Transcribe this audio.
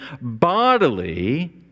bodily